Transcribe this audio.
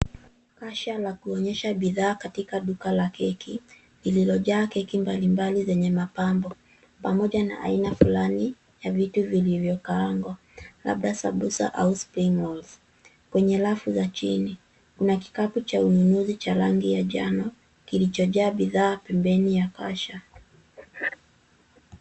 Kasha la kuonyesha bidhaa katika duka la keki, lililojaa keki mbalimbali zenye mapambo, pamoja na aina fulani ya vitu vilivyokaangwa, labda sambusa au spring rolls . Kwenye rafu za chini, kuna kikapu cha ununuzi cha rangi ya njano, kilichojaa bidhaa pembeni ya kasha.